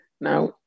Now